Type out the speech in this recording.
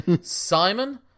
Simon